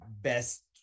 best